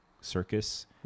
circus